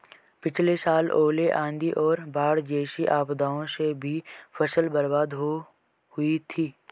पिछली साल ओले, आंधी और बाढ़ जैसी आपदाओं से भी फसल बर्बाद हो हुई थी